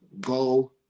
go